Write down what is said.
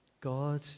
God